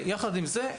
יחד עם זאת,